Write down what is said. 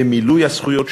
במילוי הזכויות שלהם,